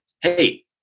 Hey